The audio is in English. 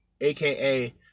aka